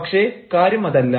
പക്ഷേ കാര്യമതല്ല